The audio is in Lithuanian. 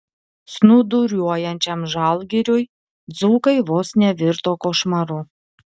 snūduriuojančiam žalgiriui dzūkai vos nevirto košmaru